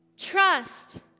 Trust